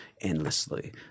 endlessly